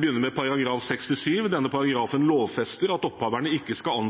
begynner med § 67. Denne paragrafen lovfester at opphaverne ikke skal